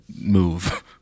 move